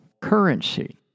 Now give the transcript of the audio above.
currency